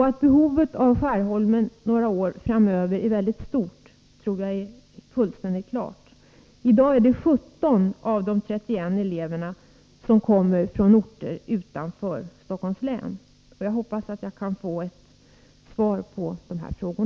Att behovet av Skärholmens gymnasium några år framöver är mycket stort tror jag är fullständigt klart. I dag är det 17 av de 31 eleverna som kommer från orter utanför Stockholms län. Jag hoppas att jag kan få svar på mina frågor.